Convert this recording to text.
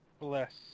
Bless